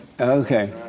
Okay